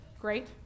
great